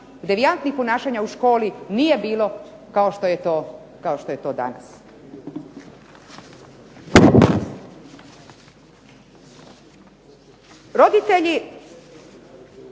devijantnih ponašanja u školi nije bilo kao što je to danas.